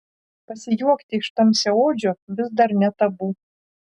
pasijuokti iš tamsiaodžio vis dar ne tabu